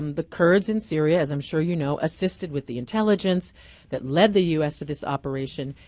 um the kurds in syria, as i'm sure you know, assisted with the intelligence that led the us to this operation.